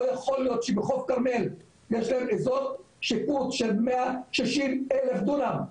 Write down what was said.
לא יכול להיות שבחוף כרמל יש להם אזור שיפוט של מאה שישים אלף דונם.